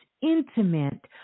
intimate